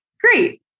Great